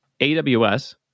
AWS